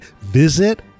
Visit